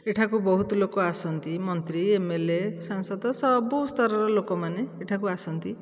ଏଠାକୁ ବହୁତ ଲୋକ ଆସନ୍ତି ମନ୍ତ୍ରୀ ଏମଏଲଏ ସାଂସଦ ସବୁ ସ୍ତରର ଲୋକମାନେ ଏଠାକୁ ଆସନ୍ତି